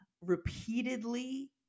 repeatedly